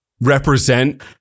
represent